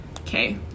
okay